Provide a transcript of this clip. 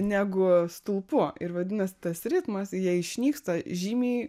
negu stulpu ir vadinas tas ritmas jie išnyksta žymiai